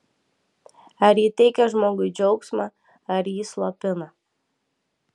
ar ji teikia žmogui džiaugsmą ar jį slopina